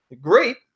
great